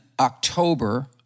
October